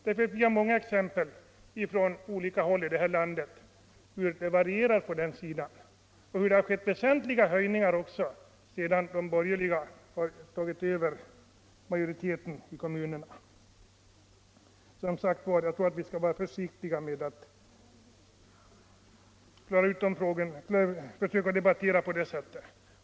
Det finns många exempel från olika håll här i landet som visar hur det varierar och att det skett väsentliga höjningar också sedan de ”borgerliga” tagit över majoriteten i kommunerna. Jag menar alltså att vi skall vara försiktiga med att försöka debattera på det sättet.